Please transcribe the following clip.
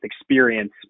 experience